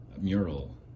mural